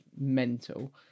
mental